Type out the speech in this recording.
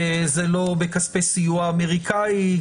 כי זה לא בכספי סיוע אמריקאי,